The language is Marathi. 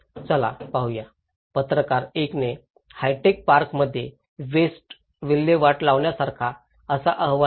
चला पाहूया पत्रकार 1 ने "हाय टेक पार्कमध्ये वेस्ट विल्हेवाट लावण्यासारखा" असा अहवाल दिला